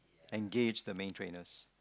engaged the main trainers